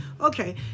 okay